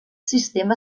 sistema